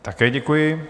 Také děkuji.